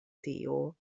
tio